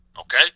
Okay